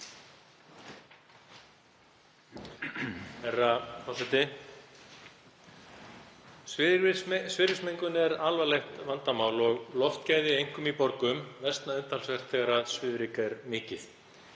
Svifryksmengun er alvarlegt vandamál og loftgæði, einkum í borgum, versna umtalsvert þegar svifryk er mikið.